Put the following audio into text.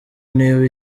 ntiba